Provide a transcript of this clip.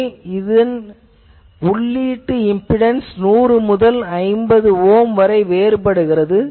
இது இதன் உள்ளீட்டு இம்பிடன்ஸ் இது 100 முதல் 50 ஓம் வேறுபடுகிறது